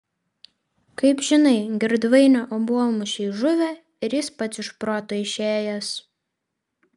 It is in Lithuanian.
kaip žinai girdvainio obuolmušiai žuvę ir jis pats iš proto išėjęs